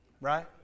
Right